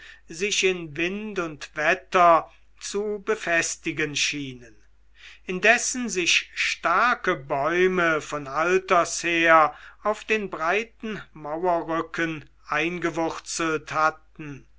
sich in wind und wetter zu befestigen schienen indessen sich starke bäume von alters her auf den breiten mauerrücken eingewurzelt hatten